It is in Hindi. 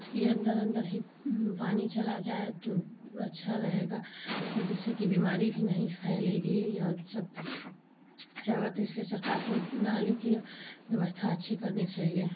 इसकी अंदर अंदर ही पानी चला जाए तो अच्छा रहेगा जिससे कि बीमारी भी नहीं फैलेगी और सब अच्छा होगा तो इसलिए सरकार को नाली की व्यवस्था अच्छी करनी चाहिए